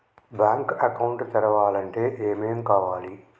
Bank account తెరవాలంటే ఏమేం కావాలి?